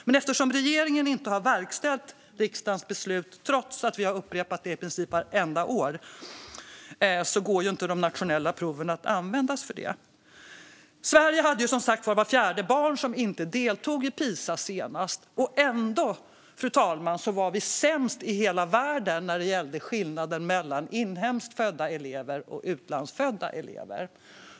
Men eftersom regeringen inte har verkställt riksdagens beslut, trots att det har upprepats i princip varje år, går det inte att använda de nationella proven. För Sveriges del deltog inte vart fjärde barn i den senaste Pisamätningen. Ändå var Sverige sämst i hela världen när det gällde skillnaden mellan inhemskt födda elever och utlandsfödda elever.